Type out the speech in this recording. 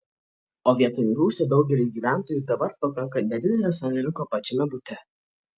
o vietoj rūsio daugeliui gyventojų dabar pakanka nedidelio sandėliuko pačiame bute